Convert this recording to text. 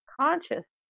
conscious